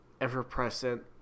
ever-present